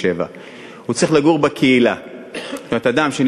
67. הוא צריך לגור בקהילה.